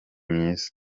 myiza